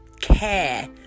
care